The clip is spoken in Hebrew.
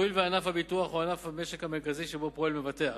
הואיל וענף הביטוח הוא ענף המשק המרכזי שבו פועל מבטח,